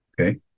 Okay